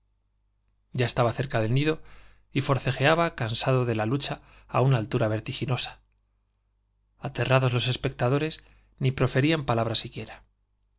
ya estaba del cerca nido y forcejeaba cansado de la lucha á una altura vertiginosa aterrados los espec tadores ni proferían palabra siquiera